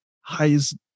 highest